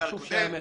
חשוב שייאמר.